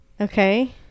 Okay